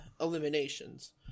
eliminations